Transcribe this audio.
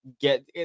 get